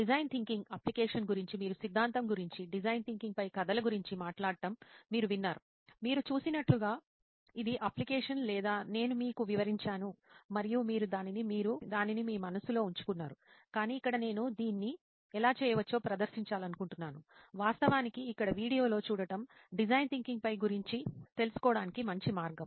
design thinking application గురించి మరియు సిద్ధాంతం గురించి డిజైన్ థింకింగ్ పై కథల గురించి మాట్లాడటం మీరు విన్నారు మీరు చూసినట్లుగా ఇది అప్లికేషన్ లేదా నేను మీకు వివరించాను మరియు మీరు దానిని మీరు దానిని మీ మనస్సులో ఊహించుకున్నారు కానీ ఇక్కడ నేను దీన్ని ఎలా చేయవచ్చో ప్రదర్శించాలనుకుంటున్నాను వాస్తవానికి ఇక్కడ వీడియోలో చూడటం డిజైన్ థింకింగ్ పై గురించి తెలుసుకోవడానికి మంచి మార్గం